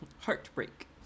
Heartbreak